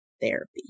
therapy